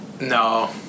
No